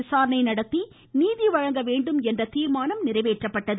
விசாரணை நடத்தி நீதி வழங்க வேண்டும் என்று தீர்மானம் நிறைவேற்றப்பட்டது